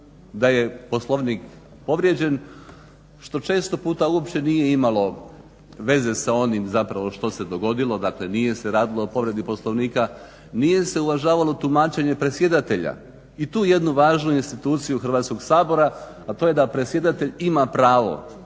da je Poslovnik povrijeđen što često puta uopće nije imalo veze sa onim zapravo što se dogodilo. Dakle, nije se radilo o povredi Poslovnika. Nije se uvažavalo tumačenje predsjedatelja. I tu jednu važnu instituciju Hrvatskog sabora, a to je da predsjedatelj ima pravo